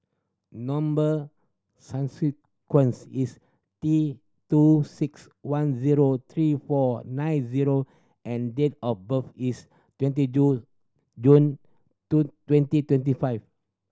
number is T two six one zero three four nine zero and date of birth is twenty two June two twenty twenty five